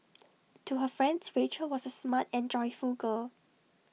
to her friends Rachel was A smart and joyful girl